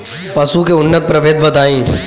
पशु के उन्नत प्रभेद बताई?